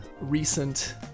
recent